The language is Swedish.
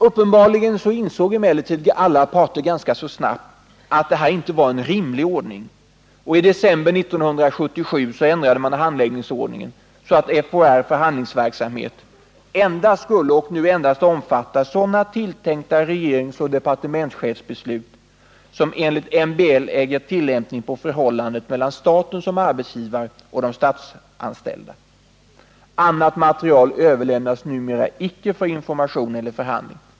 Tydligen insåg alla parter ganska snart att det här inté var en rimlig ordning, och i december 1977 ändrade man handläggningsordningen, så att FHR:s förhandlingsverksamhet endast skulle omfatta sådana tilltänkta regeringsoch departementschefsbeslut som enligt MBL äger tillämpning på förhållandet mellan staten som arbetsgivare och de statsanställda. Annat material överlämnas numera icke till FHR för information eller förhandling.